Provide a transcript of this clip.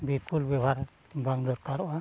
ᱵᱤᱞᱠᱩᱞ ᱵᱮᱵᱚᱦᱟᱨ ᱵᱟᱝ ᱫᱚᱨᱠᱟᱨᱚᱜᱼᱟ